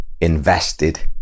invested